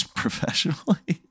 professionally